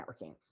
networking